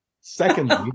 secondly